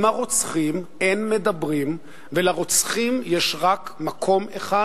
עם הרוצחים אין מדברים ולרוצחים יש רק מקום אחד